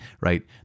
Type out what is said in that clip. right